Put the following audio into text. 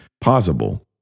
possible